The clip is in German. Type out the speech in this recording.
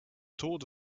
tod